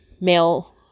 male